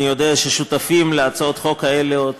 אני יודע ששותפים להצעות החוק האלה עוד